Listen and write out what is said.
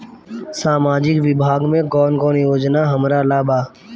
सामाजिक विभाग मे कौन कौन योजना हमरा ला बा?